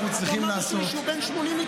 שהוא בן 80,